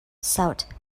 south